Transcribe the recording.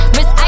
Miss